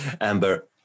Amber